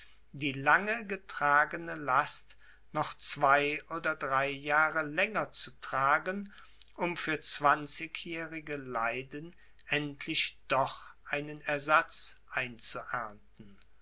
die lange getragene last noch zwei oder drei jahre länger zu tragen um für zwanzigjährige leiden endlich doch einen ersatz